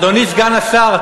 אדוני סגן השר,